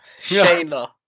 Shayla